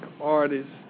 artists